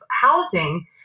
housing